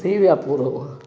थी विया पूरो